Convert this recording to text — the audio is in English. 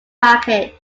package